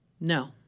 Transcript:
No